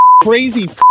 Crazy